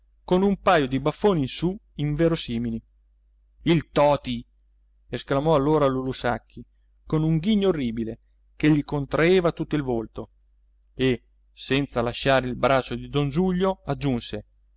con un paio di baffoni in su inverosimili il toti esclamò allora lulù sacchi con un ghigno orribile che gli contraeva tutto il volto e senza lasciare il braccio di don giulio aggiunse